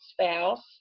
spouse